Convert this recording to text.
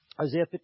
Isaiah